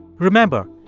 remember,